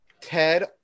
Ted